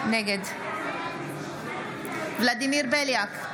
נגד ולדימיר בליאק,